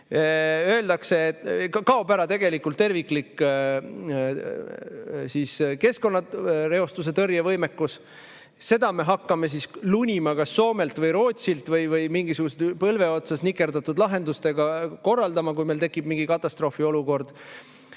huvi. Kaob ära terviklik keskkonnareostuse tõrje võimekus. Seda me hakkame lunima kas Soomelt või Rootsilt või mingisuguste põlve otsas nikerdatud lahendustega korraldama, kui meil tekib mingi katastroofiolukord.